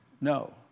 No